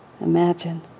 Imagine